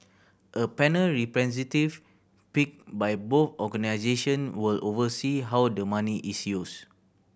a panel representative picked by both organisation will oversee how the money is used